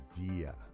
idea